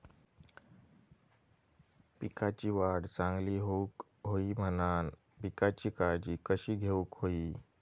पिकाची वाढ चांगली होऊक होई म्हणान पिकाची काळजी कशी घेऊक होई?